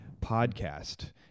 podcast